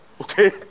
Okay